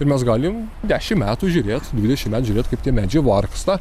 ir mes galim dešimt metų žiūrėt dvidešimt metų žiūrėt kaip tie medžiai vargsta